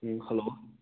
ꯎꯝ hello